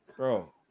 Bro